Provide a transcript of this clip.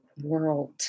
world